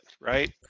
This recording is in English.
Right